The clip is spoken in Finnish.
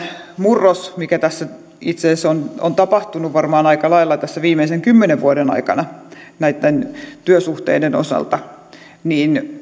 murros mikä tässä itse asiassa on tapahtunut varmaan aika lailla viimeisen kymmenen vuoden aikana näitten työsuhteiden osalta